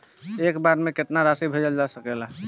एक बार में केतना राशि भेजल जा सकेला?